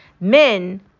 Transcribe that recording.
Men